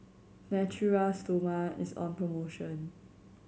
Natura Stoma is on promotion